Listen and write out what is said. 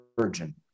virgin